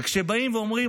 וכשבאים ואומרים,